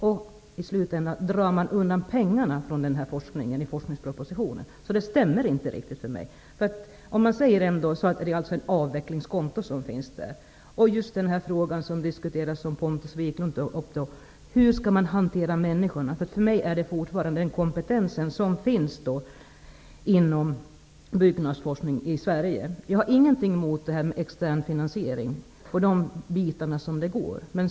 Men i slutänden drar regeringen i forskningspropositionen in pengarna för denna forskning. Det stämmer inte riktigt för mig. Det är alltså ett avvecklingskonto som finns här. Den fråga som Pontus Wiklund tog upp var: Hur skall man hantera människorna? För mig är dessa fortfarande den kompetens som finns inom byggnadsforskning i Sverige. Jag har ingenting emot extern finansiering inom de områden där detta går bra.